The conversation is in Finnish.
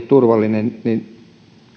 turvallinen niin